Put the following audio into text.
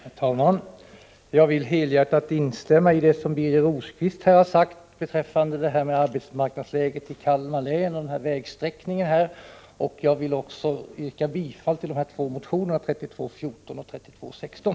Herr talman! Jag vill helhjärtat instämma i vad Birger Rosqvist här har sagt beträffande arbetsmarknadsläget i Kalmar län och vägsträckningen. Jag vill också yrka bifall till motionerna 3214 och 3216.